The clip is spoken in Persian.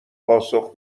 پاسخ